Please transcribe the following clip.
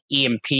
EMP